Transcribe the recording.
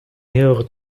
mehrere